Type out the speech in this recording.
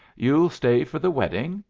you'll stay for the wedding?